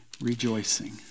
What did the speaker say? rejoicing